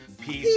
Peace